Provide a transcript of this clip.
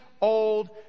old